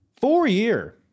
four-year